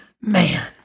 Man